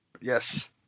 Yes